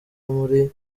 muri